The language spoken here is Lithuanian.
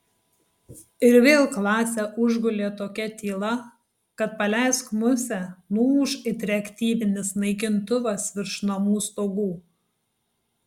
ir vėl klasę užgulė tokia tyla kad paleisk musę nuūš it reaktyvinis naikintuvas virš namų stogų